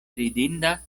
ridinda